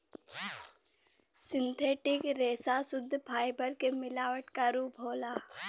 synthetic रेसा सुद्ध fibre के मिलावट क रूप होला